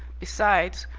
besides,